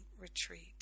Retreat